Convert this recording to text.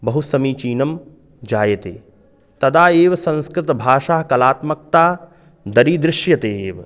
बहु समीचीनं जायते तदा एव संस्कृतभाषायाः कलात्मकता दरीदृश्यते एव